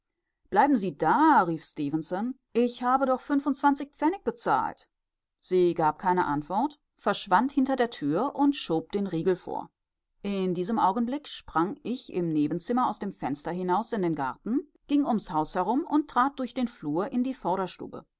bleiben sie da rief stefenson ich habe doch fünfundzwanzig pfennig bezahlt sie gab keine antwort verschwand hinter der tür und schob den riegel vor in diesem augenblick sprang ich im nebenzimmer aus dem fenster hinaus in den garten ging ums haus herum und trat durch den flur in die